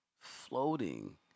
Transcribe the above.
floating